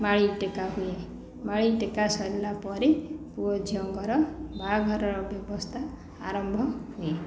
ମାଳି ଟେକା ହୁଏ ମାଳି ଟେକା ସରିଲା ପରେ ପୁଅ ଝିଅଙ୍କର ବାହାଘରର ବ୍ୟବସ୍ଥା ଆରମ୍ଭ ହୁଏ